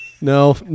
No